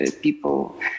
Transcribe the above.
people